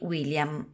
William